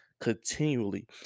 continually